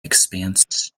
expanse